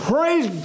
Praise